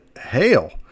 Hail